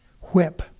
whip